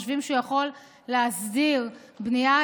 הם חושבים שהוא יכול להסדיר בנייה,